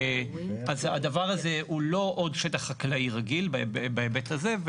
אז הדבר הזה הוא לא עוד שטח חקלאי רגיל בהיבט הזה.